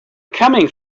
coming